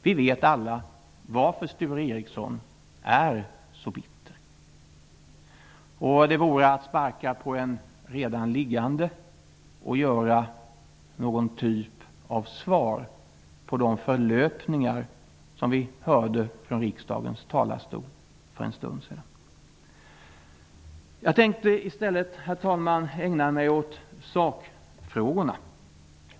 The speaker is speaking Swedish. Vi vet alla varför Sture Ericson är så bitter, och det vore att sparka på en redan liggande att ge någon typ av svar på de förlöpningar som vi hörde från riksdagens talarstol för en stund sedan. Jag skall, herr talman, ägna mig åt sakfrågorna.